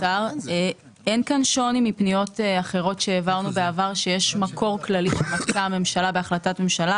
אין כאן שוני מפניות אחרות שהעברנו בעבר שיש מקור כללי בהחלטת ממשלה.